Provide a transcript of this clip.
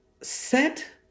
set